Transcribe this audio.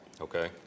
Okay